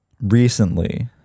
Recently